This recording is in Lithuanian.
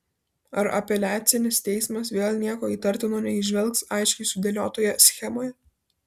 ar apeliacinis teismas vėl nieko įtartino neįžvelgs aiškiai sudėliotoje schemoje